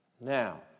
Now